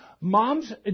Moms